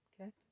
okay